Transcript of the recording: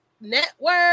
network